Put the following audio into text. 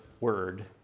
word